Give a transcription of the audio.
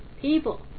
people